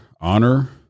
honor